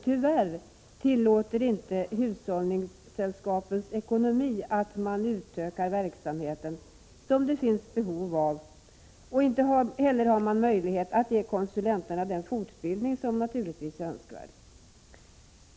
Tyvärr tillåter inte hushållningssällskapens ekonomi att man utökar verksamheten, som det finns behov av, och inte heller har man möjlighet att ge konsulenterna den fortbildning som naturligtvis är önskvärd.